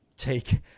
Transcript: Take